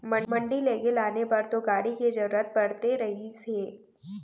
मंडी लेगे लाने बर तो गाड़ी के जरुरत पड़ते रहिस हे